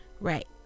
Right